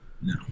No